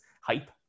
hype